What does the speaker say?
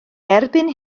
erbyn